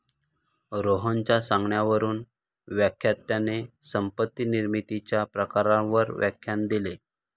रोहनच्या सांगण्यावरून व्याख्यात्याने संपत्ती निर्मितीच्या प्रकारांवर व्याख्यान दिले